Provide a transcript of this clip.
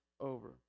over